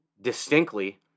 distinctly